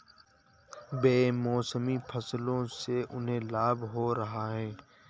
बेमौसमी फसलों से उन्हें लाभ हो रहा है